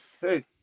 hey